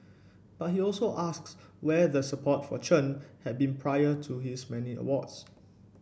but he also asks where the support for Chen had been prior to his many awards